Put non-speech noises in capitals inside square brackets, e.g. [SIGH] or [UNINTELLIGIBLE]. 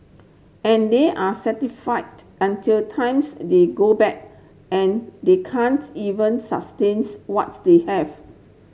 and they are [UNINTELLIGIBLE] until times they go bad and they can't even sustains what's they have